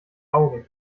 augen